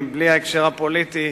בלי ההקשר הפוליטי,